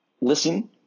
listen